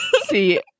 See